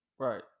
Right